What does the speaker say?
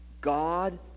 God